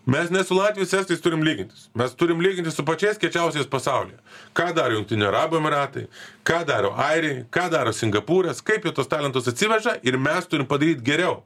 mes ne su latviais estais turim lygintis mes turim lygintis su pačiais kiečiausiais pasaulyje ką darė jungtinių arabų emyratai ką daro airiai ką daro singapūras kaip jie tuos talentus atsiveža ir mes turim padaryt geriau